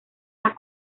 las